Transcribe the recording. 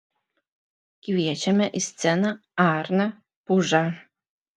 kviečiame į sceną arną pužą